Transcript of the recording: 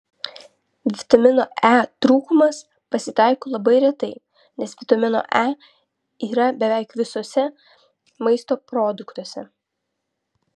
vitamino e trūkumas pasitaiko labai retai nes vitamino e yra beveik visuose maisto produktuose